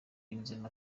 yunzemo